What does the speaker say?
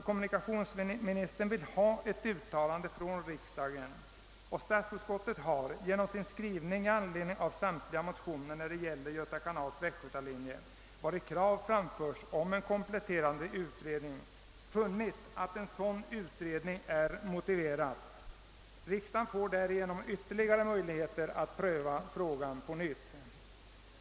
Kommunikationsministern önskar ett uttalande av riksdagen, och stats utskottet har i sin skrivning, med anledning av samtliga motioner om Göta kanals västgötalinje, vari krav framförts om en kompletterande utredning, framhållit att en sådan är motiverad. Riksdagen får därigenom ytterligare möjligheter att pröva frågan.